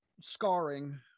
scarring